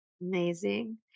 Amazing